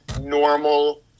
normal